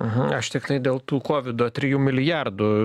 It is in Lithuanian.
aha aš tiktai dėl tų kovido trijų milijardų